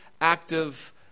active